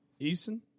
Eason